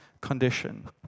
condition